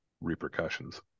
repercussions